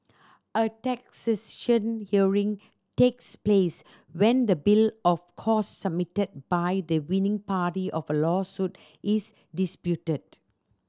a hearing takes place when the bill of costs submitted by the winning party of a lawsuit is disputed